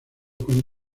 con